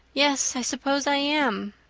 yes, i suppose i am,